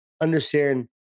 understand